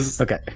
okay